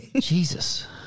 Jesus